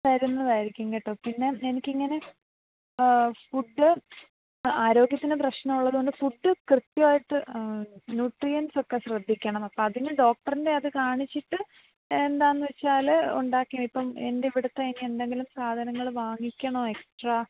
തരുന്നതായിരിക്കും കേട്ടോ പിന്നെ എനിക്കിങ്ങനെ ഫുഡ് ആരോഗ്യത്തിന് പ്രശ്നം ഉള്ളതുകൊണ്ട് ഫുഡ് കൃത്യമായിട്ട് ന്യൂട്രിയെന്റ്സ് ഒക്കെ ശ്രദ്ധിക്കണം അപ്പോള് അതിന് ഡോക്ടറിൻ്റെ അത് കാണിച്ചിട്ട് എന്താണെന്നുവെച്ചാൽ ഉണ്ടാക്കി ഇപ്പം എൻ്റെ ഇവിടുത്തെ ഇനി എന്തെങ്കിലും സാധനങ്ങള് വാങ്ങിക്കണമോ എക്സ്ട്രാ